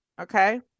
Okay